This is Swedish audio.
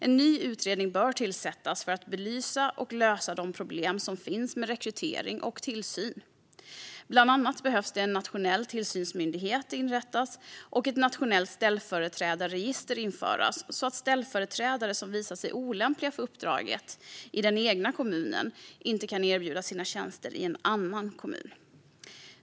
En ny utredning bör tillsättas för att belysa och lösa de problem som finns med rekrytering och tillsyn. Bland annat behöver en nationell tillsynsmyndighet inrättas och ett nationellt ställföreträdarregister införas så att ställföreträdare som visat sig olämpliga för uppdraget i den egna kommunen inte kan erbjuda sina tjänster i en annan kommun.